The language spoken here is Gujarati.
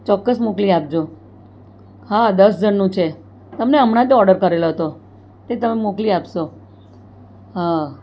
ચોક્કસ મોકલી આપજો હા દસ જણનું છે તમને હમણાં મેં ઓર્ડર કરેલો હતો તે તમે મોકલી આપશો હા